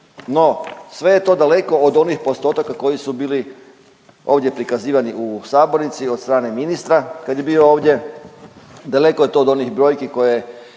No sve je to daleko od onih postotaka koji su bili ovdje prikazivani u sabornici od strane ministra kad je bio ovdje. Daleko je to od onih brojki koje